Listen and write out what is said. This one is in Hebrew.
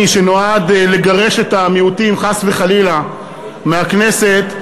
שנועד לגרש את המיעוטים חס וחלילה מהכנסת,